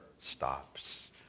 stops